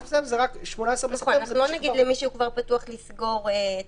אנחנו לא נגיד למי שכבר פתוח לסגור את